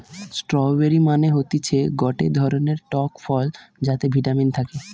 strawberry মানে হতিছে গটে ধরণের টক ফল যাতে ভিটামিন থাকে